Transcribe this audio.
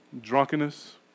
Drunkenness